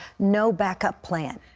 no backup plan.